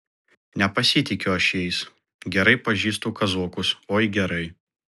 nepasitikiu aš jais gerai pažįstu kazokus oi gerai